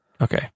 Okay